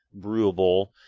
brewable